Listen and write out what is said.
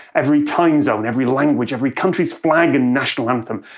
every time zone. every language, every country's flag and national anthem.